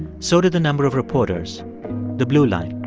so did the number of reporters the blue line.